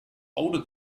older